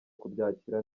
kubyakira